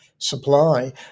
supply